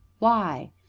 why?